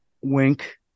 Wink